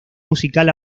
musical